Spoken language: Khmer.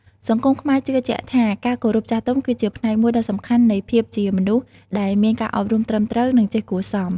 សង្គមខ្មែរជឿជាក់ថា ការគោរពចាស់ទុំគឺជាផ្នែកមួយដ៏សំខាន់នៃភាពជាមនុស្សដែលមានការអប់រំត្រឹមត្រូវ និងចេះគួរសម។